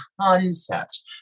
concept